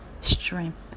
strength